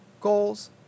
goals